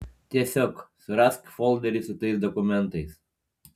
tiesiog surask folderį su tais dokumentais